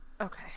Okay